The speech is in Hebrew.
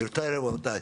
גבירותיי ורבותיי,